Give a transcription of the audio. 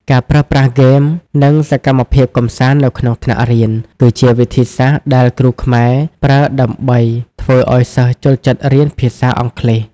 ការប្រើប្រាស់ហ្គេម និងសកម្មភាពកម្សាន្តនៅក្នុងថ្នាក់រៀន គឺជាវិធីសាស្ត្រដែលគ្រូខ្មែរប្រើដើម្បីធ្វើឱ្យសិស្សចូលចិត្តរៀនភាសាអង់គ្លេស។